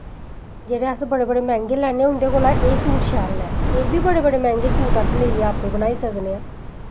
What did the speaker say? जेह्ड़े अस बड़े बड़े मैंह्गे लैन्ने आं उं'दे कोला एह् शैल न एह् बी बड़े बड़े मैंह्गे सूट अस लेइयै आपै बनाई सकने आं